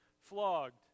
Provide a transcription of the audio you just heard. flogged